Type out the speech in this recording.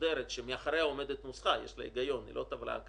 עצמאית בקרן, כהחלטה של הנהלת הקרן.